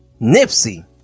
Nipsey